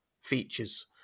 features